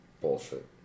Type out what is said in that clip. Bullshit